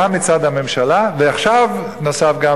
גם מצד הממשלה, ועכשיו נוסף גם